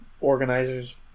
organizers